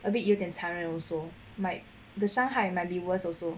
a bit 有点残忍 also might the 伤害 might be worse also